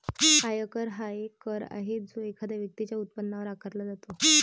आयकर हा एक कर आहे जो एखाद्या व्यक्तीच्या उत्पन्नावर आकारला जातो